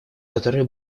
которые